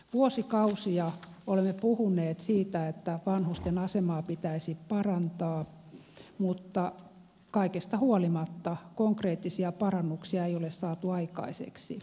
vuosikausia olemme puhuneet siitä että vanhusten asemaa pitäisi parantaa mutta kaikesta huolimatta konkreettisia parannuksia ei ole saatu aikaiseksi